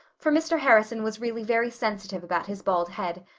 for mr. harrison was really very sensitive about his bald head.